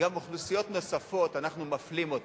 שגם אוכלוסיות נוספות, אנחנו מפלים אותן.